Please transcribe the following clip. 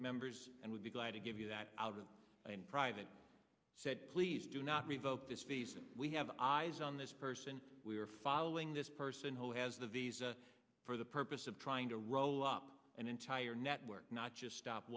members and we'd be glad to give you that out and in private said please do not revoke this visa we have eyes on this person we are following this person who has the visa for the purpose of trying to roll up an entire network not just stop